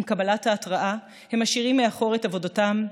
עם קבלת ההתראה הם משאירים מאחור את עבודתם,